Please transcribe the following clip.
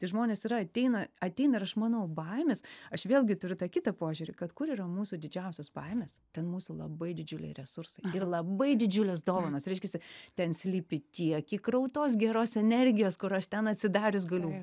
tai žmonės yra ateina ateina ir aš manau baimės aš vėlgi turiu tą kitą požiūrį kad kur yra mūsų didžiausios baimės ten mūsų labai didžiuliai resursai ir labai didžiulės dovanos reiškiasi ten slypi tiek įkrautos geros energijos kur aš ten atsidarius galiu